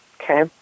Okay